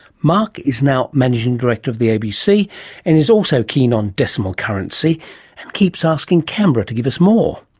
mark is now managing director of the abc and is also keen on decimal currency and keeps asking canberra to give us more.